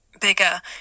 Bigger